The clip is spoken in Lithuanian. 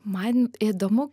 man įdomu